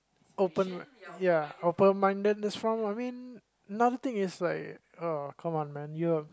open ya open mindedness is wrong I mean another thing is like uh come on the you're